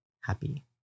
happy